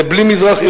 זה בלי מזרח-ירושלים.